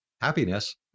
happiness